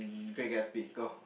um great gasby go